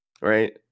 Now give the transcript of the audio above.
Right